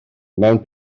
mewn